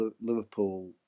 liverpool